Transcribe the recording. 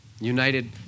united